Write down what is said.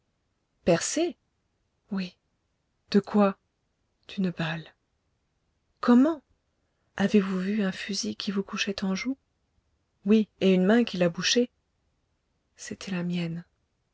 percée percée oui de quoi d'une balle comment avez-vous vu un fusil qui vous couchait en joue oui et une main qui l'a bouché c'était la mienne